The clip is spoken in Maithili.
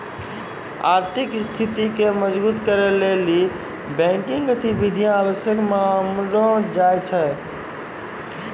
आर्थिक स्थिति के मजबुत करै लेली बैंकिंग गतिविधि आवश्यक मानलो जाय छै